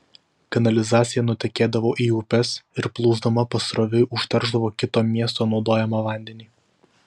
kanalizacija nutekėdavo į upes ir plūsdama pasroviui užteršdavo kito miesto naudojamą vandenį